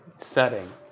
setting